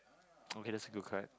okay that's a good card